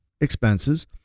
expenses